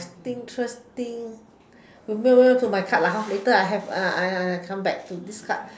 interesting you move on to my card later I I I come back to this card